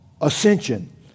ascension